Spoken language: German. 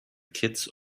kitts